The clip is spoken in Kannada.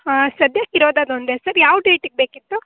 ಹಾಂ ಸದ್ಯಕ್ಕೆ ಇರೋದು ಅದೊಂದೇ ಸರ್ ಯಾವ ಡೇಟಿಗೆ ಬೇಕಿತ್ತು